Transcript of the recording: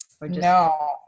no